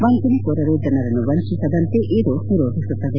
ವಂಚನೆಕೋರರು ಜನರನ್ನು ವಂಚಿಸದಂತೆ ಇದು ನಿರೋಧಿಸುತ್ತದೆ